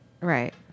right